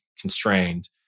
constrained